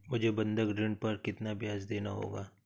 मुझे बंधक ऋण पर कितना ब्याज़ देना होगा?